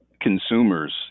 consumers